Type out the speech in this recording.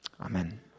Amen